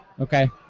Okay